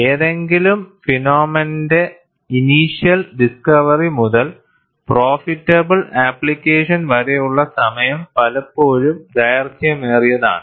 ഏതെങ്കിലും ഫിനോമിനൻന്റെ initial discovery മുതൽ പ്രോഫിറ്റബിൾ ആപ്ലിക്കേഷൻ വരെയുള്ള സമയം പലപ്പോഴും ദൈർഘ്യമേറിയതാണ്